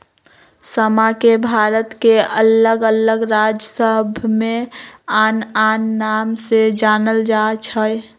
समा के भारत के अल्लग अल्लग राज सभमें आन आन नाम से जानल जाइ छइ